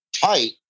tight